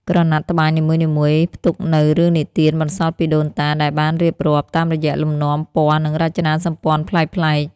ក្រណាត់ត្បាញនីមួយៗផ្ទុកនូវរឿងនិទានបន្សល់ពីដូនតា ដែលបានរៀបរាប់តាមរយៈលំនាំ ពណ៌ និងរចនាសម្ព័ន្ធប្លែកៗ។